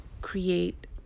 create